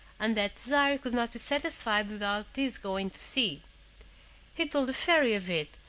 and that desire could not be satisfied without his going to see he told the fairy of it,